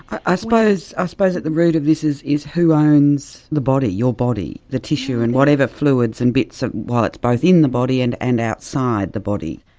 i suppose ah suppose at the root of this is who who owns the body, your body, the tissue and whatever fluids and bits ah while it's both in the body and and outside the body.